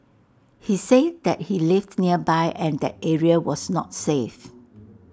he said that he lived nearby and that area was not safe